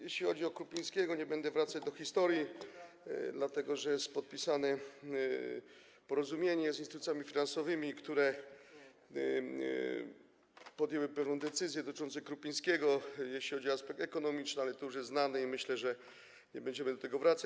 Jeśli chodzi o Krupińskiego, nie będę wracać do historii, dlatego że jest podpisane porozumienie z instytucjami finansowymi, które podjęły pewną decyzję dotyczącą Krupińskiego, jeśli chodzi o aspekt ekonomiczny, ale to już jest znane i myślę, że nie będziemy do tego wracać.